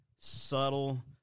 subtle